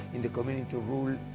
in the community rule.